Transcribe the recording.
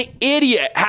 idiot